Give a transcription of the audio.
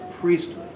priesthood